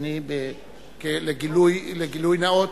לגילוי נאות,